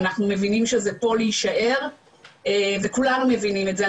אנחנו מבינים שזה פה להישאר וכולנו מבינים את זה,